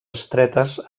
estretes